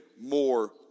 more